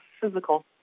physical